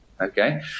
Okay